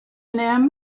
and